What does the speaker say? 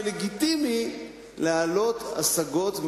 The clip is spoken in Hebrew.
ולגיטימי להעלות השגות,